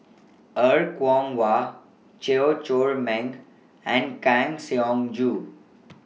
Er Kwong Wah Chew Chor Meng and Kang Siong Joo